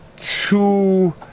two